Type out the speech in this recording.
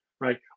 right